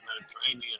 Mediterranean